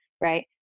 right